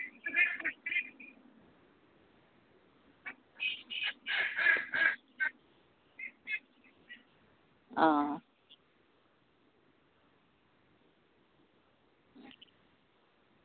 অঁ অঁ